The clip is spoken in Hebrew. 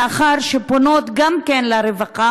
לאחר שהן פונות גם לרווחה,